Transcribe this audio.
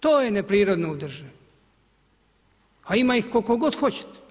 To je neprirodno u državi, a ima ih koliko god hoćete.